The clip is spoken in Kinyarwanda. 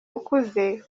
ukuze